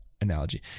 analogy